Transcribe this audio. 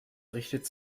richtet